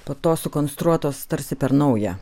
po to sukonstruotos tarsi per naują